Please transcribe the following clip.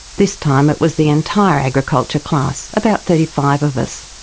this time it was the entire agriculture class, about thirty five of us,